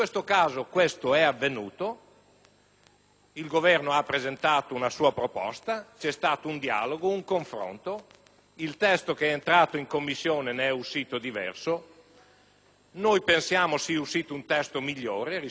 il Governo ha presentato una sua proposta, c'è stato un dialogo, un confronto; il testo che è entrato in Commissione ne è uscito diverso. Noi pensiamo sia uscito un testo migliore rispetto a quello originario; dovremo